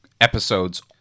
episodes